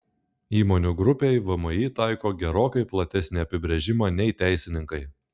įmonių grupei vmi taiko gerokai platesnį apibrėžimą nei teisininkai